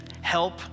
help